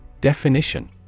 Definition